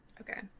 Okay